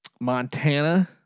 Montana